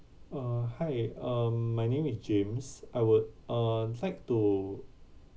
uh hi uh my name is james I would uh like to